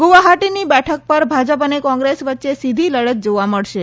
ગુવાહાટીની બેઠક પર ભાજપ અને કોંગ્રેસ વચ્ચે સીધી લડત જોવા મળશે